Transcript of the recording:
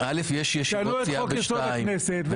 יש ישיבות סיעה ב-14:00.